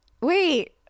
wait